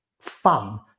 fun